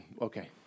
Okay